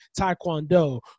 Taekwondo